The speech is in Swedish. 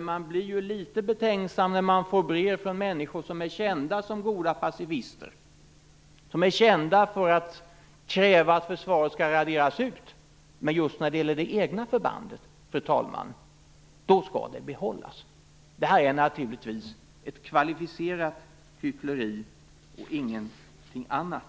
Man blir litet betänksam när man får brev från människor som är kända som goda pacifister och för att kräva att försvaret skall raderas ut, men just när det gäller det egna förbandet, fru talman, skall det behållas. Detta är naturligtvis ett kvalificerat hyckleri och ingenting annat.